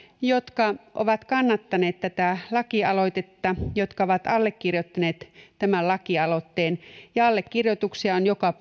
jotka ovat kannattaneet tätä lakialoitetta jotka ovat allekirjoittaneet tämän lakialoitteen ja allekirjoituksia on joka